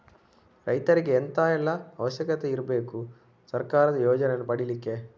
ರೈತರಿಗೆ ಎಂತ ಎಲ್ಲಾ ಅವಶ್ಯಕತೆ ಇರ್ಬೇಕು ಸರ್ಕಾರದ ಯೋಜನೆಯನ್ನು ಪಡೆಲಿಕ್ಕೆ?